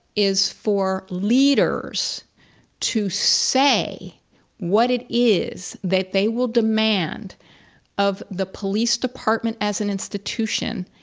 is for leaders to say what it is that they will demand of the police department as an institution,